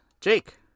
Jake